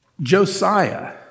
Josiah